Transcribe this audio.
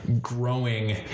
growing